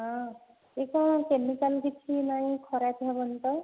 ହଁ ଏସବୁ କେମିକାଲ କିଛି ନାଇଁ ଖରାପ ହେବନି ତ